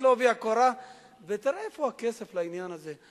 בעובי הקורה ותראה איפה הכסף לעניין הזה.